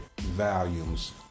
volumes